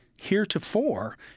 heretofore